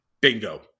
Bingo